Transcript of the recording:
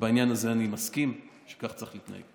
ובעניין הזה אני מסכים שכך צריך להתנהג.